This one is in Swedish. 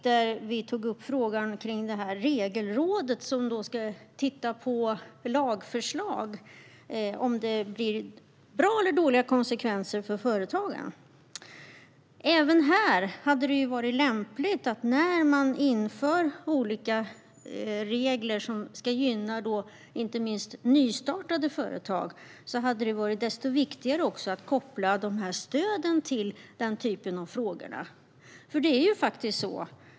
Där tog vi upp frågan om Regelrådet, som ska titta på lagförslag och se om det blir bra eller dåliga konsekvenser för företagen. Även här hade det varit lämpligt. När man inför olika regler och stöd som ska gynna inte minst nystartade företag är det desto viktigare att koppla dem till den typen av frågor.